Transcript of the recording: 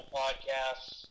podcasts